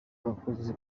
abakozi